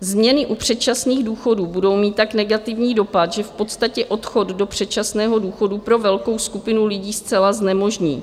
Změny u předčasných důchodů budou mít tak negativní dopad, že v podstatě odchod do předčasného důchodu pro velkou skupinu lidí zcela znemožní.